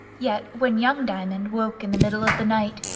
yet, when young diamond woke in the middle of the night,